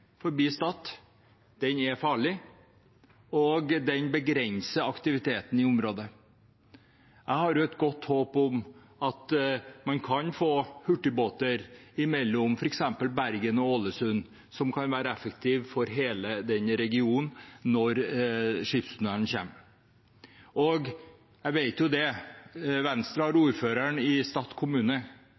begrenser aktiviteten i området. Jeg har et godt håp om at man kan få hurtigbåter mellom f.eks. Bergen og Ålesund, som kan være effektive for hele regionen, når skipstunnelen kommer. Venstre har ordføreren i Stad kommune. Jeg har vært på besøk der noen ganger, og jeg